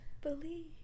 Believe